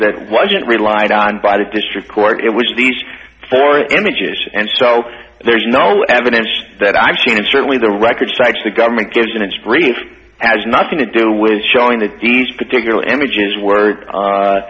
that wasn't relied on by the district court it was these for images and so there's no evidence that i've seen and certainly the wreckage sites the government gives in its briefs has nothing to do with showing that these particular images were